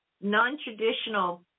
non-traditional